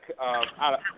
out